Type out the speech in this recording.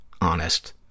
honest